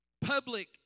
Public